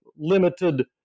Limited